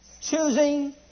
Choosing